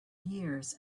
years